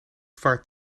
vaart